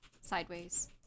Sideways